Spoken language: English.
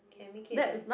can make it then